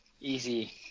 easy